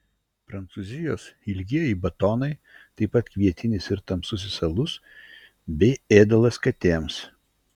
prancūzijos ilgieji batonai taip pat kvietinis ir tamsusis alus bei ėdalas katėms